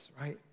right